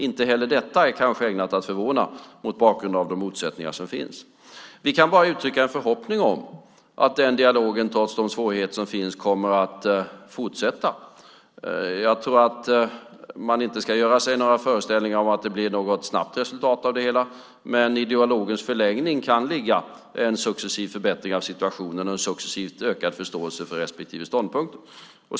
Inte heller det är kanske ägnat att förvåna mot bakgrund av de motsättningar som finns. Vi kan bara uttrycka en förhoppning om att den dialogen kommer att fortsätta, trots de svårigheter som finns. Jag tror inte att man ska göra några föreställningar om att det blir ett snabbt resultat av det hela, men i dialogens förlängning kan ligga en successiv förbättring av situationen och en successivt ökad förståelse för respektive ståndpunkt.